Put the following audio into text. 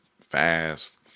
fast